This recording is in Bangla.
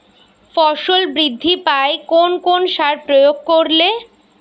ফসল বৃদ্ধি পায় কোন কোন সার প্রয়োগ করলে?